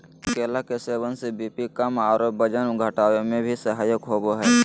केला के सेवन से बी.पी कम आरो वजन घटावे में भी सहायक होबा हइ